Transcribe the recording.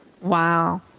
Wow